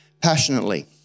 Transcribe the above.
passionately